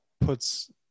puts